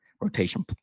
rotation